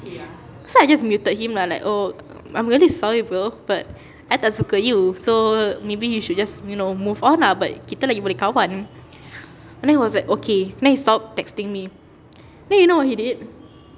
so I just muted him lah like oh I'm really sorry bro but I tak suka you so maybe you should just you know move on lah but kita lagi boleh kawan and then he was like okay then he stopped texting me then you know what he did